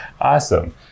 Awesome